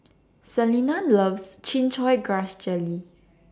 Selina loves Chin Chow Grass Jelly